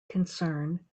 concern